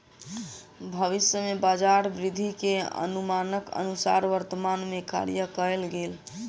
भविष्य में बजार वृद्धि के अनुमानक अनुसार वर्तमान में कार्य कएल गेल